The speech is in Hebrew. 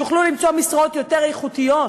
שיוכלו למצוא משרות יותר איכותיות.